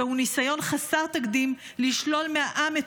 זהו ניסיון חסר תקדים לשלול מהעם את